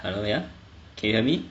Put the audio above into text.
hello ya can you hear me